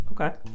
okay